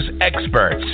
experts